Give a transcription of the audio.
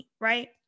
right